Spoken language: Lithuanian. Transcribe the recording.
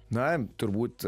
na turbūt